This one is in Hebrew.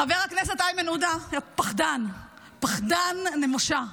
חבר הכנסת איימן עודה, יא פחדן, פחדן, נמושה.